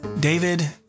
David